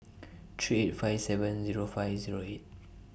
three eight five seven Zero five Zero eight